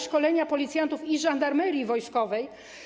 Szkolenia policjantów i Żandarmerii Wojskowej.